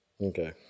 Okay